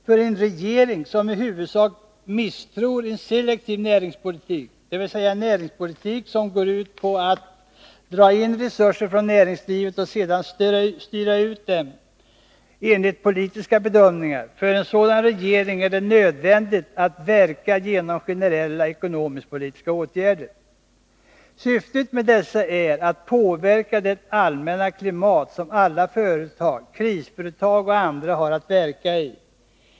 För en regering som i huvudsak misstror en selektiv näringspolitik, dvs. en näringspolitik som går ut på att dra in resurser från näringslivet och sedan styra ut dem enligt politiska bedömningar, är det nödvändigt att verka genom generella ekonomisk-politiska åtgärder. Syftet med dessa är att påverka det allmänna klimat som alla företag, krisföretag och andra, har att verka i.